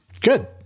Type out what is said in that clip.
Good